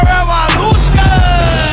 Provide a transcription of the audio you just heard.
Revolution